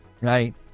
right